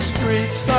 Streets